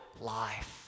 life